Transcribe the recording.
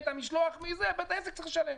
את המשלוח מישראל בית העסק צריך לשלם.